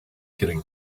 getting